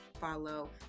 follow